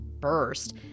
burst